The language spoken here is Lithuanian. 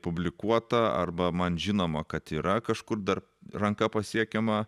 publikuota arba man žinoma kad yra kažkur dar ranka pasiekiama